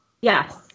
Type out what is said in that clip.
yes